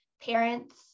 parents